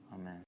Amen